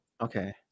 okay